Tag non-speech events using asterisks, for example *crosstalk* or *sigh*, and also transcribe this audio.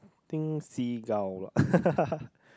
think seagull lah *laughs*